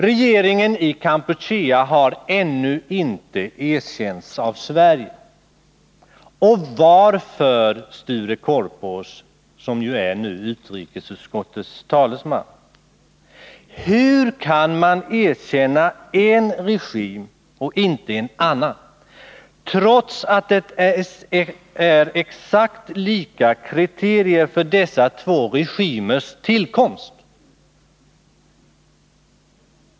Regeringen i Kampuchea har ännu inte erkänts av Sverige. Varför, Sture Korpås — som nu är utrikesutskottets talesman? Hur kan man erkänna en regim och inte en annan, trots att kriterierna för dessa två regimers tillkomst är exakt lika?